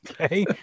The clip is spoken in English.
Okay